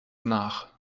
nach